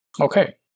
Okay